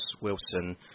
Wilson